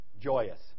joyous